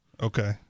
Okay